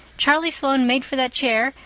charlie sloane made for that chair,